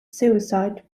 suicide